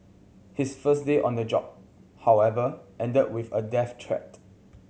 his first day on the job however ended with a death threat